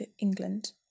England